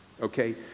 Okay